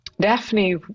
Daphne